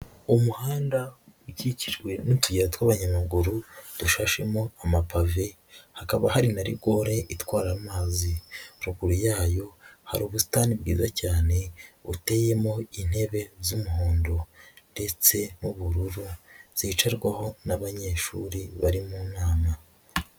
Umuhanda ukikijwe n'utuyira tw'abanyamaguru dushashemo amapave, hakaba hari na rigore itwara amazi, ruguru yayo hari ubusitani bwiza cyane buteyemo intebe z'umuhondo ndetse n'ubururu zicarwaho n'abanyeshuri bari mu nama.